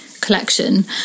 collection